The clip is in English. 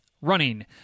running